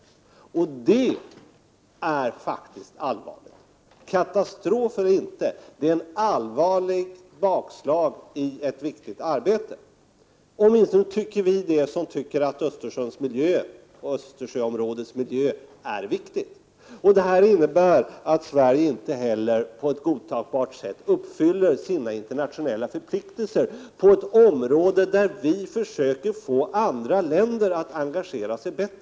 Det är faktiskt allvarligt. Katastrof eller inte — det är ett allvarligt bakslag i ett viktigt arbete. Det tycker åtminstone vi som tycker att miljön i Östersjöområdet är viktig. Det innebär att Sverige inte heller på ett godtagbart sätt uppfyller sina internationella förpliktelser på ett område där vi försöker få andra länder att engagera sig mera.